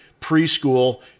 preschool